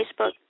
Facebook